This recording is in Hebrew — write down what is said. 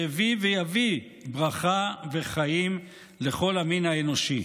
שהביא ויביא ברכה וחיים לכל המין האנושי.